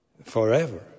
Forever